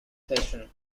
station